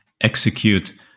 execute